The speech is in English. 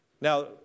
Now